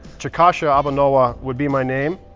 chickasha aba' nowa' would be my name.